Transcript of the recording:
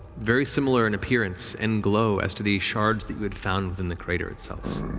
very similar in appearance and glow as to the shards that you had found within the crater itself.